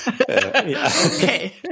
Okay